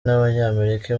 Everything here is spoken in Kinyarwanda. n’abanyamerika